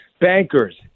bankers